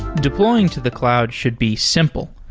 deploying to the cloud should be simple.